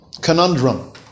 conundrum